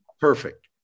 perfect